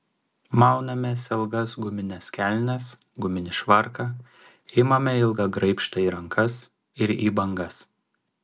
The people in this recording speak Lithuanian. maunamės ilgas gumines kelnes guminį švarką imame ilgą graibštą į rankas ir į bangas